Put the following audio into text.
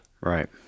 Right